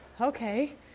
okay